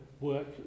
work